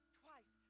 twice